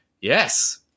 yes